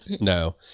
No